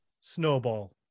snowball